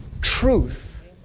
truth